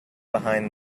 behind